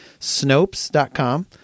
Snopes.com